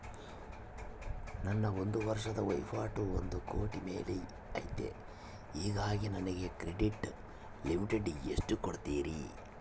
ನನ್ನ ಒಂದು ವರ್ಷದ ವಹಿವಾಟು ಒಂದು ಕೋಟಿ ಮೇಲೆ ಐತೆ ಹೇಗಾಗಿ ನನಗೆ ಕ್ರೆಡಿಟ್ ಲಿಮಿಟ್ ಎಷ್ಟು ಕೊಡ್ತೇರಿ?